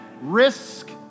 risk